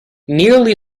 nearly